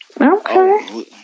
Okay